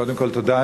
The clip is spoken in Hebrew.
קודם כול תודה.